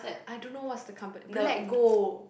I don't know what's the compa~ Black Gold